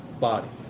body